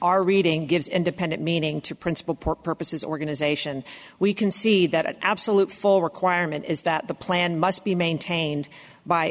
our reading gives independent meaning to principle pork purposes organization we can see that an absolute for requirement is that the plan must be maintained by